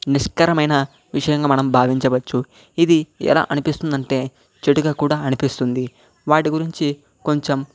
నిష్కరమైన విషయంగా మనం భావించవచ్చు ఇది ఎలా అనిపిస్తుందంటే చెడుగా కూడా అనిపిస్తుంది వాటి గురించి కొంచెం